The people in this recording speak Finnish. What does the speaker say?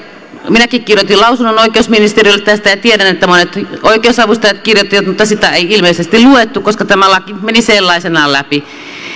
minäkin kirjoitin lausunnon oikeusministeriölle tästä ja tiedän että monet oikeusavustajat kirjoittivat mutta sitä ei ilmeisesti luettu koska tämä laki meni sellaisenaan läpi